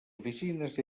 oficines